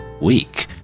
week